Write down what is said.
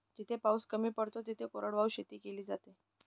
जिथे पाऊस कमी पडतो तिथे कोरडवाहू शेती केली जाते